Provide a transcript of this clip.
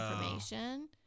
information